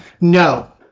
no